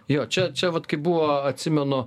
jo čia čia vat kaip buvo atsimenu